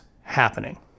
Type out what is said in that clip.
happening